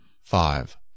Five